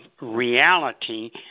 reality